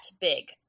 big